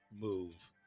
move